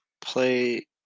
play